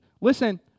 listen